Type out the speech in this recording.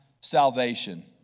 salvation